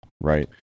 right